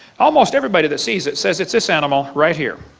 almost everybody that sees it says it is this animal right here,